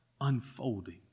unfolding